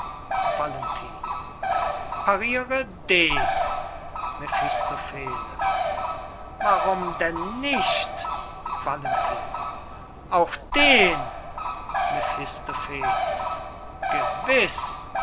valentin parire den mephistopheles warum denn nicht valentin auch den mephistopheles gewiß